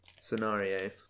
scenario